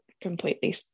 completely